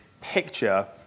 picture